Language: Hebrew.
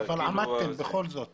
אבל בכל זאת עמדתם בזה.